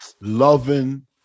loving